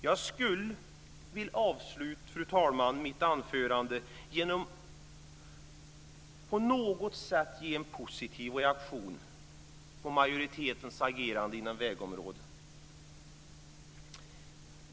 Jag hade velat avsluta mitt anförande genom att på något sätt ge en positiv reaktion på majoritetens agerande inom vägområdet.